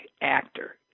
actor